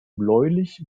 bläulich